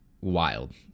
wild